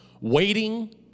Waiting